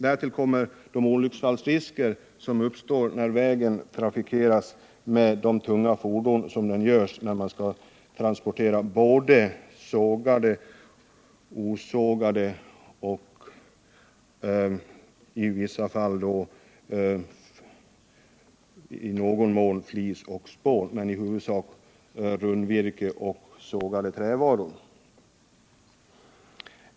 Därtill kommer de olycksfallsrisker som uppstår när vägen trafikeras med tunga fordon för transporter av sågat och osågat virke samt i någon mån av flis och spån. Men i huvudsak gäller transporterna rundvirke och sågade trävaror. Herr talman!